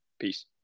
Peace